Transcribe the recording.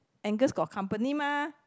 Angus got company mah